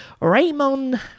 Raymond